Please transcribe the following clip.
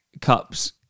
cups